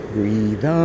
Breathe